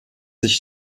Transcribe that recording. sich